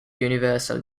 universal